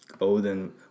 Odin